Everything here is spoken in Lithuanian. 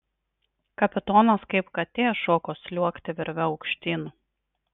kapitonas kaip katė šoko sliuogti virve aukštyn